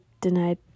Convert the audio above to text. denied